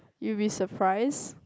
you will be surprised